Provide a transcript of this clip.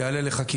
הוא יעלה לחקיקה.